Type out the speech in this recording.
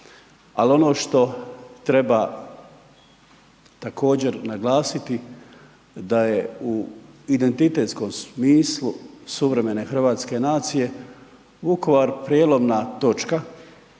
Ali, ono što treba također, naglasiti, da je u identitetskom smislu suvremene hrvatske nacije, Vukovar prijelomna točka